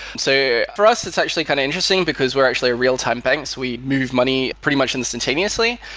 so, for us, it's actually kind of interesting, because we're actually real-time banks. we move money pretty much instantaneously.